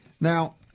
Now